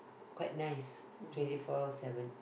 quite nice twenty four seven